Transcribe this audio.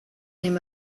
him